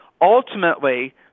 Ultimately